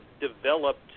developed